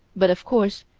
but, of course,